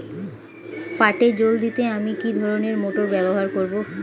পাটে জল দিতে আমি কি ধরনের মোটর ব্যবহার করব?